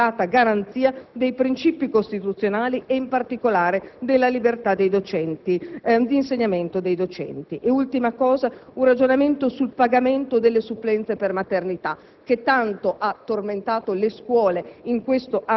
tema delle sanzioni, pur in una attenta e accurata garanzia dei princìpi costituzionali e, in particolare, della libertà di insegnamento dei docenti. Vi è un ragionamento sul pagamento delle supplenze per maternità,